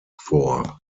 vor